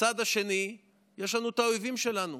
בצד השני יש לנו את האויבים שלנו,